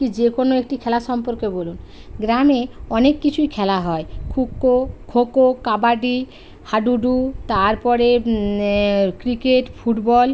কী যে কোনো একটি খেলা সম্পর্কে বলুন গ্রামে অনেক কিছুই খেলা হয় খোখো কাবাডি হাডুডু তারপরে ক্রিকেট ফুটবল